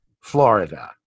florida